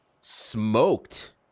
smoked